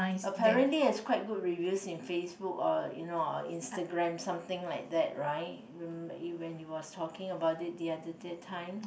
apparently is quite good review in FaceBook or you know Instagram something like that right remember you when you was talking about it the other day time